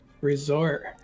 resort